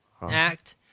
Act